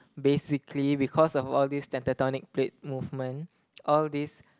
basically because of all this tectonic plate movement all this